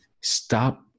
stop